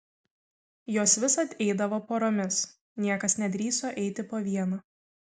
jos visad eidavo poromis niekas nedrįso eiti po vieną